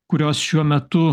kurios šiuo metu